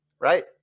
right